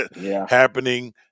happening